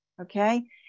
Okay